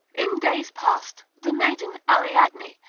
in days past the maiden ariadne,